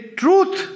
truth